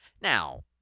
Now